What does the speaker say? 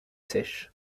sèche